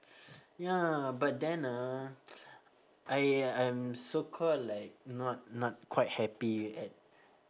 ya but then uh I I'm so called like not not quite happy at